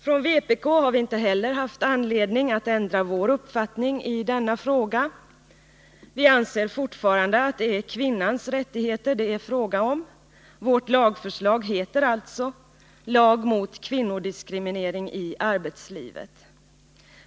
Från vpk har vi heller inte haft anledning att ändra vår uppfattning i denna fråga. Vi anser fortfarande att det är kvinnans rättigheter det är fråga om. Vårt lagförslag heter alltså Lag mot kvinnodiskriminering i arbetslivet.